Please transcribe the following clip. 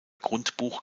grundbuch